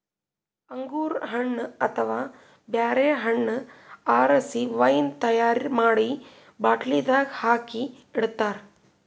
ಅಂಗೂರ್ ಹಣ್ಣ್ ಅಥವಾ ಬ್ಯಾರೆ ಹಣ್ಣ್ ಆರಸಿ ವೈನ್ ತೈಯಾರ್ ಮಾಡಿ ಬಾಟ್ಲಿದಾಗ್ ಹಾಕಿ ಇಡ್ತಾರ